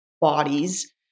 bodies